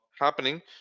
happening